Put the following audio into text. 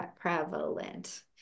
prevalent